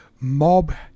mob